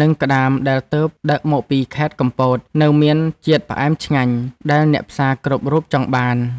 និងក្ដាមដែលទើបដឹកមកពីខេត្តកំពតនៅមានជាតិផ្អែមឆ្ងាញ់ដែលអ្នកផ្សារគ្រប់រូបចង់បាន។